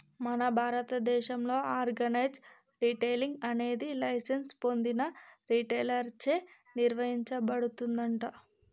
మన భారతదేసంలో organise retailing అనేది లైసెన్స్ పొందిన రిటైలర్ చే నిర్వచించబడుతుందంట